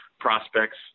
prospects